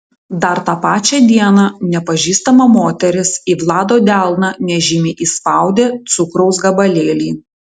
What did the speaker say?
dar tą pačią dieną nepažįstama moteris į vlado delną nežymiai įspaudė cukraus gabalėlį